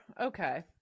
okay